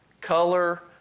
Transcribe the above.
Color